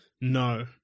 No